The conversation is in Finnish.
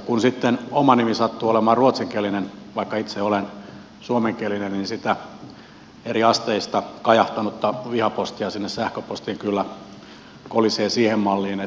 kun sitten oma nimeni sattuu olemaan ruotsinkielinen vaikka itse olen suomenkielinen niin sitä eriasteista kajahtanutta vihapostia sinne sähköpostiin kyllä kolisee siihen malliin